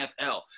NFL